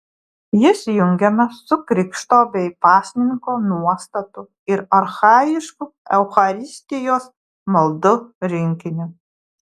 jis jungiamas su krikšto bei pasninko nuostatų ir archajiškų eucharistijos maldų rinkiniu